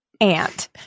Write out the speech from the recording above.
aunt